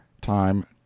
Time